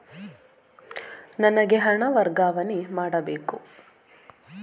ನನಗೆ ಹಣ ವರ್ಗಾವಣೆ ಮಾಡಬೇಕು